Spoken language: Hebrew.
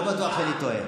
לא בטוח שאני טועה.